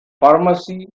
pharmacy